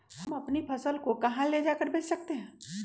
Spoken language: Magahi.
हम अपनी फसल को कहां ले जाकर बेच सकते हैं?